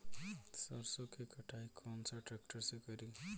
सरसों के कटाई कौन सा ट्रैक्टर से करी?